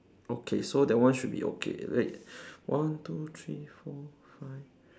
okay so that one should be okay right one two three four five